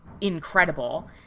Incredible